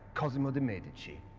cosimo de' medici.